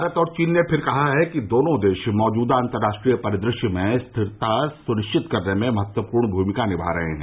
भारत और चीन ने फिर कहा है कि दोनों देश मौजूदा अंतर्राष्ट्रीय परिदृश्य में स्थिरता सुनिश्चित करने में महत्वपूर्ण भूमिका निभा रहे हैं